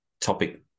topic